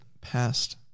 past